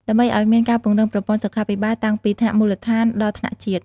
ដើម្បីឲ្យមានការពង្រឹងប្រព័ន្ធសុខាភិបាល តាំងពីថ្នាក់មូលដ្ឋានដល់ថ្នាក់ជាតិ។